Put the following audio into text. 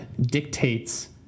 dictates